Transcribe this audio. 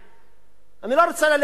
ואני לא רוצה ללכת רחוק,